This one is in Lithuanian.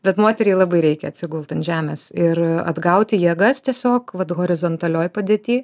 bet moteriai labai reikia atsigult ant žemės ir atgauti jėgas tiesiog vat horizontalioj padėty